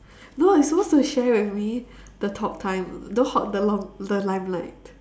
no you're supposed to share with me the talk time don't hog the long the limelight